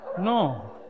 No